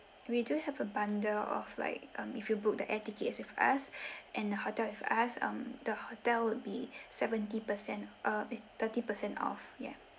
we do have a bundle of like um if you book the air tickets with us and the hotel with us um the hotel would be seventy percent uh eh thirty percent off ya